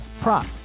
prop